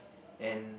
and